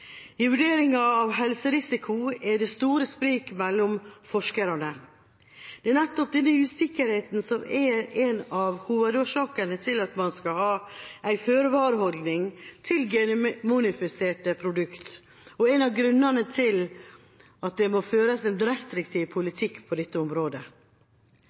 I vurderinga av helserisiko er det store sprik mellom forskerne. Det er nettopp denne usikkerheten som er en av hovedårsakene til at man skal ha en føre-var-holdning til genmodifiserte produkter, og en av grunnene til at det må føres en restriktiv politikk på området.